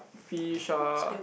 fish ah